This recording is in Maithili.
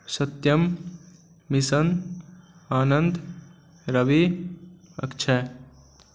सत्यम मिशन आनन्द रवि अक्षय